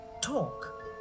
talk